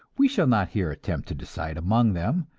we shall not here attempt to decide among them,